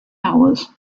hours